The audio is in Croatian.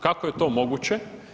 Kako je to moguće?